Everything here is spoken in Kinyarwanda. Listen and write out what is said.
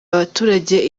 abaturage